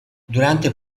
durante